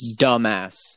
Dumbass